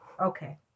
Okay